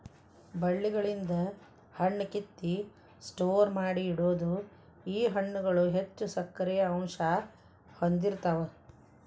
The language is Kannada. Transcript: ಬಳ್ಳಿಗಳಿಂದ ಹಣ್ಣ ಕಿತ್ತ ಸ್ಟೋರ ಮಾಡಿ ಇಡುದು ಈ ಹಣ್ಣುಗಳು ಹೆಚ್ಚು ಸಕ್ಕರೆ ಅಂಶಾ ಹೊಂದಿರತಾವ